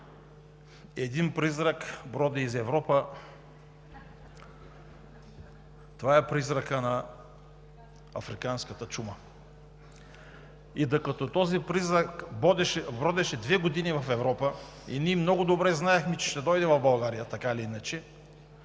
един призрак броди из Европа. Това е призракът на африканската чума. И докато този призрак бродеше две години в Европа и ние много добре знаехме, че ще дойде в България, така или иначе,